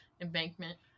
embankment